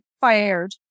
fired